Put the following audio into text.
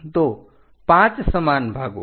તો 5 સમાન ભાગો